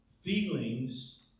feelings